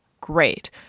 Great